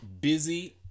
busy